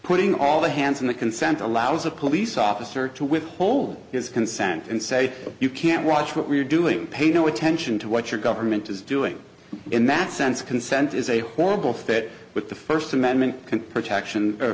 putting all the hands on the consent allows a police officer to withhold his consent and say you can't watch what we're doing pay no attention to what your government is doing in that sense consent is a horrible fit with the first amendment protection o